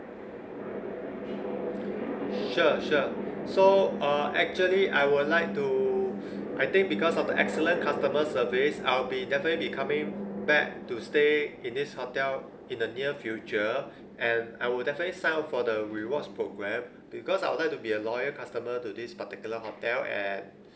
sure sure so uh actually I would like to I think because of the excellent customer service I'll be definitely be coming back to stay in this hotel in the near future and I would definitely sign for the rewards program because I would like to be a loyal customer to this particular hotel and